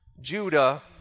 Judah